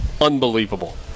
Unbelievable